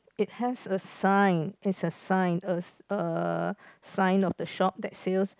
it has a sign is a sign a uh sign of the shop that sales